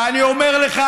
ואני אומר לך,